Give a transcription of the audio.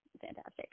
fantastic